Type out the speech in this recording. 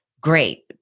great